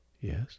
Yes